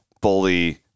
bully